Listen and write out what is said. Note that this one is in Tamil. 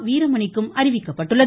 வீரமணி க்கும் அறிவிக்கப்பட்டுள்ளது